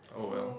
oh well